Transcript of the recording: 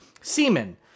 semen